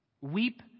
Weep